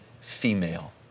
female